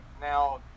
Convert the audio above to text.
now